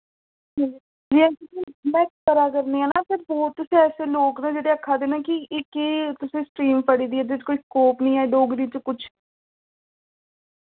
में करा करनी आं ना फिर ब्हौत से ऐसे लोक न जेह्ड़े आखा दे न कि एह् केह् तुसें स्ट्रीम फड़ी दी ऐ एह्दे च कोई स्कोप निं ऐ डोगरी च कुछ